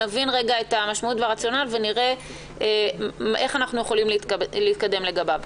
נבין את המשמעות והרציונל ונראה איך אנחנו יכולים להתקדם לגביו.